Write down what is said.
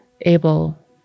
able